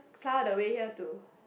come all the way here to